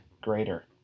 greater